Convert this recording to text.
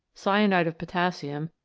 cyanide of potassium,